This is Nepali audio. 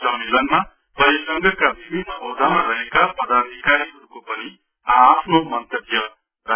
सम्मेलनमा परिसंघका विभिन्न ओहोदामा रहेका पदाधिकारीहरूको पनि आ आफ्नो मन्तव्य व्यक्त गरे